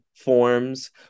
Forms